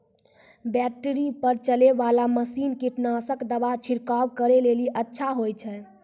Battery पर चलै वाला मसीन कीटनासक दवा छिड़काव करै लेली अच्छा होय छै?